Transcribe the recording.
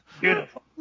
Beautiful